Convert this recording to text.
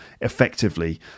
effectively